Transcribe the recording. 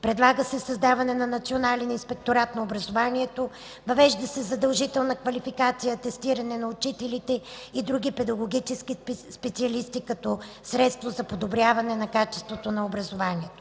Предлага се създаването на Национален инспекторат на образованието. Въвежда се задължителна квалификация и атестиране на учителите и другите педагогически специалисти като средство за подобряване на качеството на образованието.